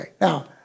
Now